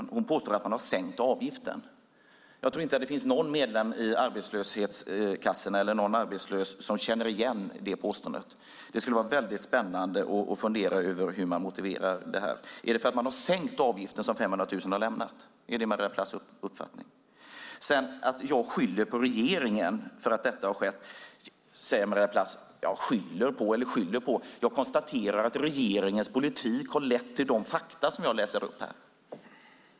Hon påstår nämligen att man har sänkt avgiften. Men jag tror inte att det finns någon medlem i arbetslöshetskassorna eller någon annan arbetslös som känner igen sig i det påståendet. Det skulle vara väldigt spännande med en fundering kring hur detta motiveras. Är det för att man har sänkt avgiften som 500 000 har lämnat försäkringen? Är det Maria Plass uppfattning? Maria Plass säger att jag skyller detta på regeringen. Ja, skyller på - jag konstaterar bara att regeringens politik har lett fram till de fakta som jag här läst upp.